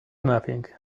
nothing